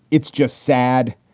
it's just sad.